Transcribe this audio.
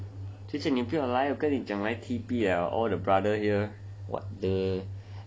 谁叫你不要来过跟你讲来 T_P ah all the brother here